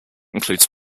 includes